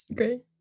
great